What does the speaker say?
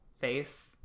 face